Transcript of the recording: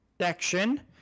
section